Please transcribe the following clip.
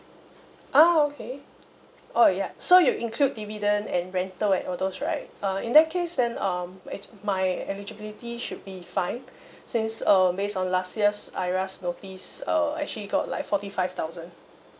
ah okay oh ya so you include dividend and rental and all those right uh in that case then um ac~ my eligibility should be fine since um based on last year's IRAS notice uh actually got like forty five thousand